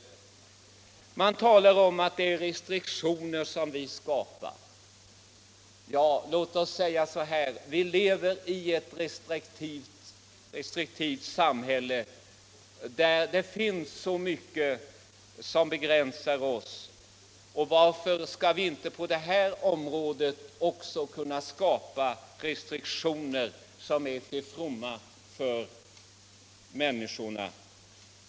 Man talar om att det är restriktioner som vi skapar. Ja, låt oss säga att vi lever i ett restriktivt samhälle, där det finns så mycket som begränsar oss. Varför skall vi inte också på det här området kunna skapa restriktioner som är till fromma för människorna?